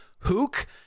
Hook